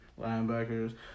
linebackers